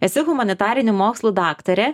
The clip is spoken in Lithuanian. esi humanitarinių mokslų daktarė